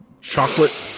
chocolate